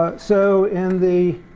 ah so in the